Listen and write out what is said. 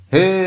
Hey